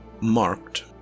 marked